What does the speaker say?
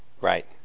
Right